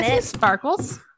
sparkles